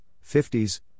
fifties